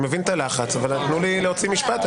אני מבין את הלחץ אבל תנו לי להוציא משפט,